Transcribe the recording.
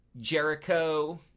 Jericho